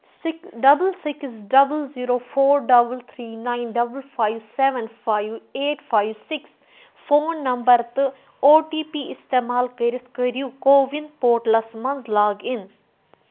سِک double six double zero four double three nine double five seven five eight five six phone number تہٕ O T P اِستعمال کٔرِتھ کٔرِو CoWIN portals مَنٛز log in